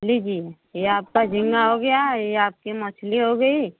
लीजिए ये आपका झींगा हो गया ये आपकी मछली हो गई